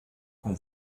qu’on